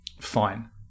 Fine